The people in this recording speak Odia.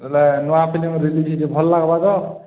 ବୋଇଲେ ନୂଆ ଫିଲିମ୍ ରିଲିଜ୍ ହେଇଛି ଭଲ୍ ଲାଗ୍ବା ତ